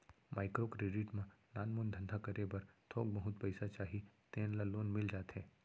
micro credit म नानमुन धंधा करे बर थोक बहुत पइसा चाही तेन ल लोन मिल जाथे